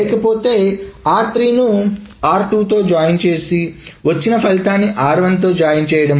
లేకపోతే r3 ను r2 తో జాయిన్ చేసి వచ్చిన ఫలితాన్ని r1 తో జాయిన్ చేయడం